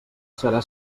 serà